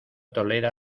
tolera